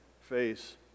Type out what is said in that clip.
face